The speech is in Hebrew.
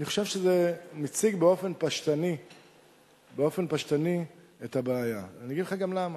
זה מציג באופן פשטני את הבעיה, אני אגיד לכם למה.